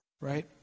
Right